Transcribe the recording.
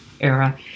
era